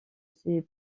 ses